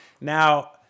Now